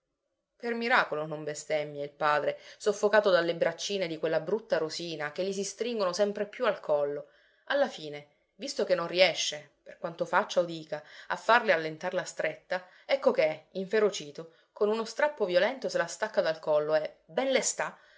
per miracolo non bestemmia il padre soffocato dalle braccine di quella brutta rosina che gli si stringono sempre più al collo alla fine visto che non riesce per quanto faccia o dica a farle allentar la stretta ecco che inferocito con uno strappo violento se la stacca dal collo e ben le